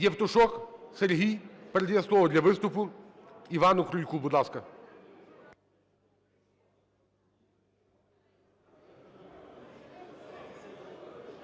Євтушок Сергій передає слово для виступу Івану Крульку. Будь ласка.